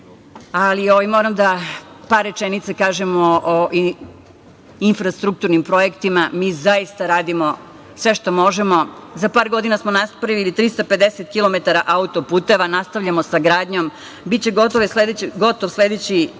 ali moram da par rečenica kažem i o infrastrukturnim projektima. Mi zaista radimo sve što možemo. Za par godina smo napravili 350 km auto-puteva. Nastavljamo sa gradnjom. Sledeće